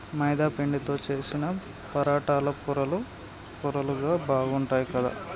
మైదా పిండితో చేశిన పరాటాలు పొరలు పొరలుగా బాగుంటాయ్ కదా